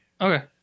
Okay